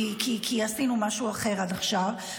כי עשינו משהו אחר עד עכשיו,